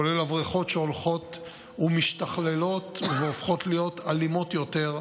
כולל הברחות שהולכות ומשתכללות והופכות להיות אלימות יותר,